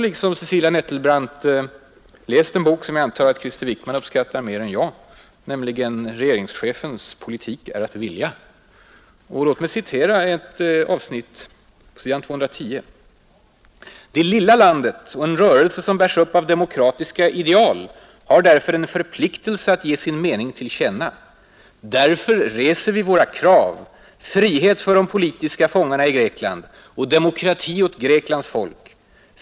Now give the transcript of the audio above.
Liksom Cecilia Nettelbrandt har också jag läst en bok, som jag antar att Krister Wickman uppskattar mer än jag, nämligen regeringschefens ”Politik är att vilja”. Låt mig citera ett avsnitt på s. 210 i den boken där det heter: ”Det lilla landet och en rörelse som bärs upp av demokratiska ideal har därför en förpliktelse att ge sin mening till känna. Därför reser vi våra krav: Frihet för de politiska fångarna i Grekland och demokrati åt Greklands folk.